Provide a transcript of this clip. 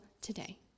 today